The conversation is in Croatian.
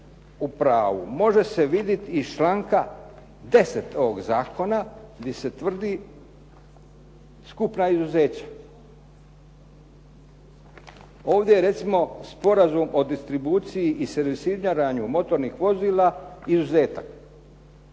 može se vidjet iz članka 10. ovoga zakona gdje se tvrdi skupna izuzeća. Ovdje je recimo sporazum o distribuciji i servisiranju motornih vozila izuzetak.